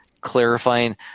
clarifying